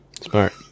smart